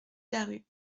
larue